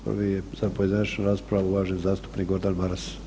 Prvi je za pojedinačnu raspravu uvaženi zastupnik Gordan Maras.